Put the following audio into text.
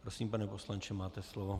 Prosím, pane poslanče, máte slovo.